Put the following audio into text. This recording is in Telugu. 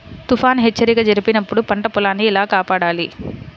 తుఫాను హెచ్చరిక జరిపినప్పుడు పంట పొలాన్ని ఎలా కాపాడాలి?